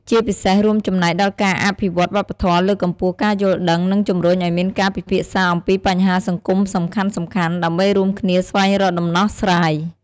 ជាពិសេសរួមចំណែកដល់ការអភិរក្សវប្បធម៌ លើកកម្ពស់ការយល់ដឹង និងជំរុញឱ្យមានការពិភាក្សាអំពីបញ្ហាសង្គមសំខាន់ៗ ដើម្បីរួមគ្នាស្វែងរកដំណោះស្រាយ។